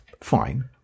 fine